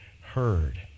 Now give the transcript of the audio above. heard